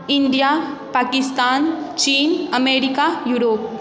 India Pakistan China America Europe